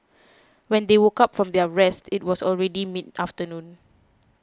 when they woke up from their rest it was already mid afternoon